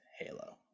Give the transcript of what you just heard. Halo